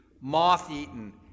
moth-eaten